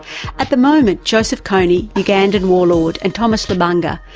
at the moment joseph kony, ugandan warlord, and thomas lubanga,